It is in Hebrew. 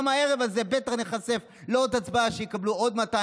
גם בערב הזה בטח ניחשף לעוד הצבעה שבה יקבלו עוד 200,